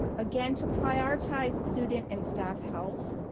again to prioritize student and staff health.